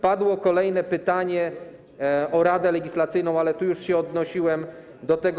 Padło kolejne pytanie o Radę Legislacyjną, ale tu już się odnosiłem do tego.